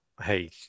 hey